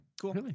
Cool